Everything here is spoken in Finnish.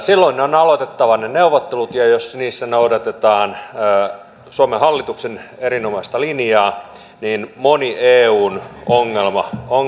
silloin on aloitettava ne neuvottelut ja jos niissä noudatetaan suomen hallituksen erinomaista linjaa niin moni eun ongelma poistuu